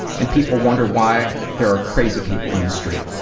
and people wonder why there are crazy people in the street.